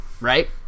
right